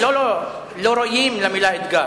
לא, לא, לא ראויים למלה "אתגר".